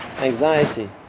anxiety